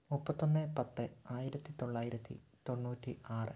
മുപ്പത്തൊന്നു പത്ത് ആയിരത്തി തൊള്ളായിരത്തി തൊണ്ണൂറ്റി ആറ്